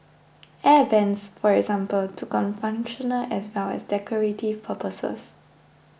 Air Vents for example took on functional as well as decorative purposes